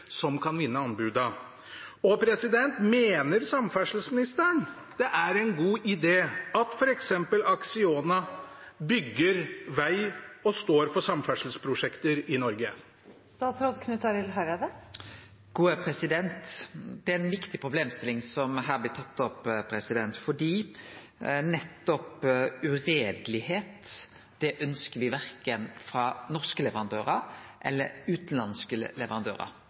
som kan vinne anbudene? Og mener samferdselsministeren det er en god idé at f.eks. Acciona bygger vei og står for samferdselsprosjekter i Norge? Det er ei viktig problemstilling som her blir tatt opp,